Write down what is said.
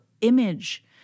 image